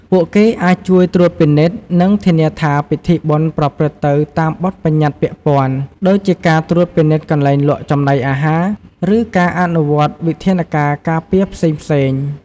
ពួកគេអាចជួយត្រួតពិនិត្យ និងធានាថាពិធីបុណ្យប្រព្រឹត្តទៅតាមបទប្បញ្ញត្តិពាក់ព័ន្ធ ដូចជាការត្រួតពិនិត្យកន្លែងលក់ចំណីអាហារ ឬការអនុវត្តវិធានការការពារផ្សេងៗ។